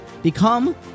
Become